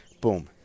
Boom